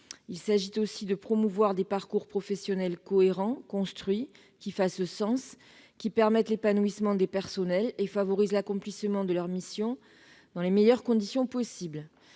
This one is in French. Il s'agit aussi de promouvoir des parcours professionnels cohérents, construits, qui fassent sens, permettent l'épanouissement des personnels et favorisent l'accomplissement de leur mission dans les meilleures conditions possible.